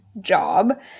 job